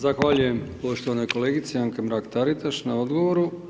Zahvaljujem poštovanoj kolegici Anki Mrak-Taritaš na odgovoru.